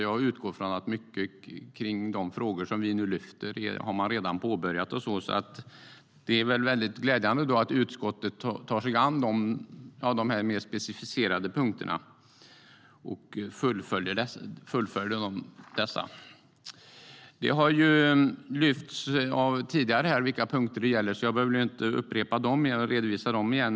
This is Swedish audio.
Jag utgår från att mycket i de frågor som vi nu behandlar är sådant som man redan har påbörjat. Det är därför glädjande att utskottet tar sig an de mer specificerade punkterna och fullföljer dem. Vilka punkter det gäller har tagits upp här tidigare, så jag behöver väl inte redovisa dem igen.